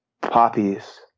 poppies